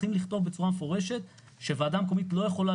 צריכים לכתוב בצורה מפורשת שוועדה מקומית לא יכולה